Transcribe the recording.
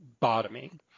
bottoming